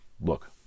look